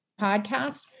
podcast